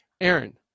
Aaron